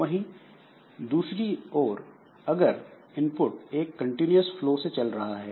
वहीं दूसरी ओर अगर इनपुट एक कंटीन्यूअस फ्लो से चल रहा है